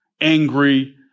Angry